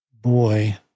boy